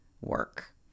work